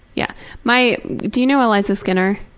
yeah my do you know eliza skinner?